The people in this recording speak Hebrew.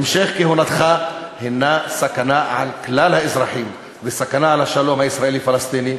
המשך כהונתך הוא סכנה לכלל האזרחים וסכנה לשלום הישראלי-פלסטיני,